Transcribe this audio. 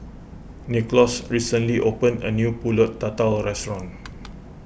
Nicklaus recently opened a new Pulut Tatal restaurant